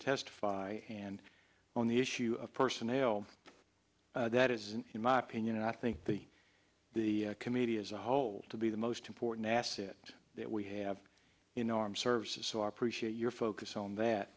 testify and on the issue of personnel that isn't in my opinion and i think the the committee as a whole to be the most important asset that we have in armed services so i appreciate your focus on that